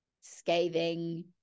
scathing